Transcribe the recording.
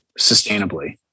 sustainably